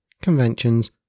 conventions